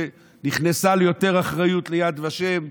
שנכנסה ליותר אחריות ביד ושם.